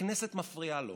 הכנסת מפריעה לו,